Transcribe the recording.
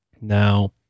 Now